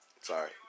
sorry